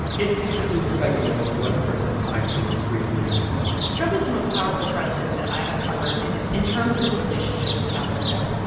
it's interesting to speculate what the president might feel free to do tomorrow trump is the most powerful president that i have covered, and it's in terms of his relationship with capitol hill.